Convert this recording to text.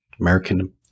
American